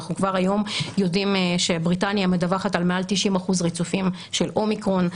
אנחנו כבר היום יודעים שבריטניה מדווחת על מעל 90% ריצופים של אומיקרון.